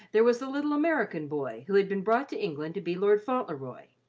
there was the little american boy who had been brought to england to be lord fauntleroy,